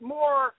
more